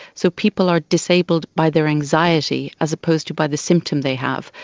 so people are disabled by their anxiety as opposed to by the symptom they have.